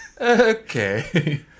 Okay